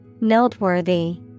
Noteworthy